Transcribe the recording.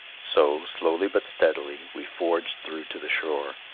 so, slowly but steadily, we forged through to the shore,